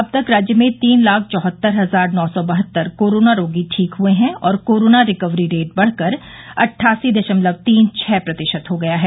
अब तक राज्य में तीन लाख चौहत्तर हजार नौ सौ बहत्तर कोरोना रोगी ठीक हुए है और कोरोना रिकवरी रेट बढ़कर अट्ठासी दशमलव तीन छः प्रतिशत हो गया है